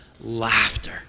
laughter